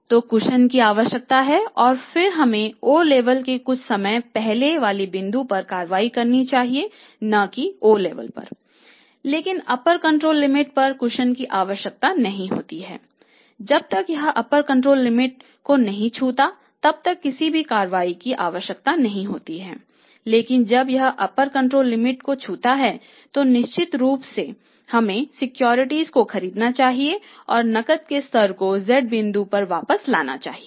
तो कुशनको छूता है तो निश्चित रूप से हमें कार्रवाई करनी चाहिए और फिर हमें सिक्योरिटीज को खरीदना चाहिए और नकद के स्तर को z बिंदु पर वापस लाना चाहिए